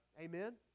Amen